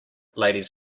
ladies